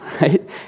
right